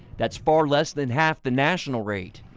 thats far less than half the national rate.